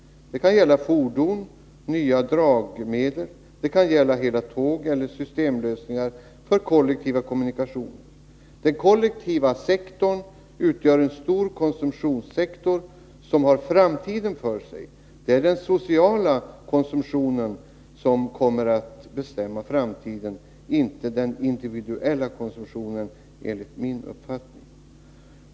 Det kan gälla fordon, nya dragmedel, hela tåg eller systemlösningar för kollektiva kommunikationer. Den kollektiva sektorn utgör en stor konsumtionssektor, som har framtiden för sig. Det är den sociala konsumtionen som kommer att bestämma framtiden, inte den individuella konsumtionen, enligt min uppfattning.